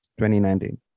2019